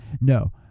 no